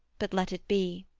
but let it be